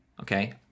okay